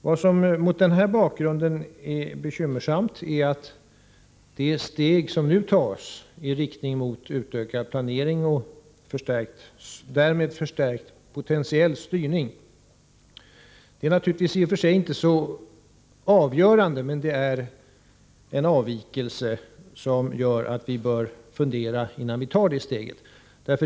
Vad som mot den bakgrunden är bekymmersamt är det steg som nu tas mot en utökad planering och därmed en förstärkt potentiell styrning. Det är i och för sig inte ett så avgörande steg, men det innebär en avvikelse som gör att vi bör fundera innan vi tar steget.